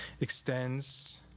extends